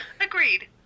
Agreed